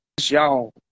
y'all